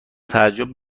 تعجب